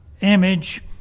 image